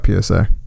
PSA